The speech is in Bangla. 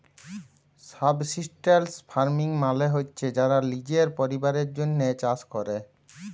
সাবসিস্টেলস ফার্মিং মালে হছে যারা লিজের পরিবারের জ্যনহে চাষ ক্যরে